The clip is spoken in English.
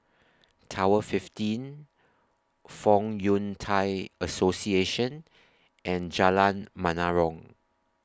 Tower fifteen Fong Yun Thai Association and Jalan Menarong